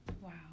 Wow